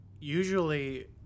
Usually